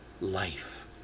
life